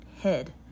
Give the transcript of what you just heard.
head